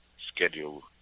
schedule